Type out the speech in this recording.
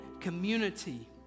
community